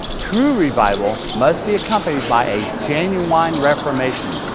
true revival must be accompanied by a genuine reformation,